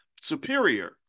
superior